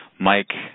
Mike